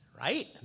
right